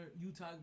Utah